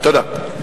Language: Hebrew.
תודה.